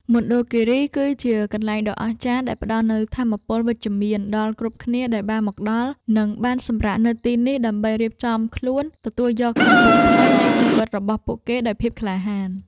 មណ្ឌលគីរីគឺជាកន្លែងដ៏អស្ចារ្យដែលផ្តល់នូវថាមពលវិជ្ជមានដល់គ្រប់គ្នាដែលបានមកដល់ និង បានសម្រាកនៅទីនេះដើម្បីរៀបចំខ្លួនទទួលយកជំពូកថ្មីនៃជីវិតរបស់ពួកគេដោយភាពក្លាហាន។